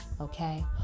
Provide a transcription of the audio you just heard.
okay